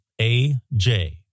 AJ